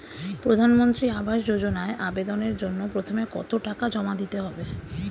প্রধানমন্ত্রী আবাস যোজনায় আবেদনের জন্য প্রথমে কত টাকা জমা দিতে হবে?